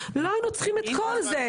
לא היינו צריכים את כל זה.